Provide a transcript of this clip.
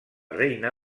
reina